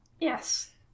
Yes